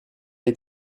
est